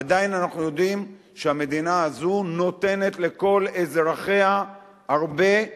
עדיין אנחנו יודעים שהמדינה הזו נותנת לכל אזרחיה הרבה.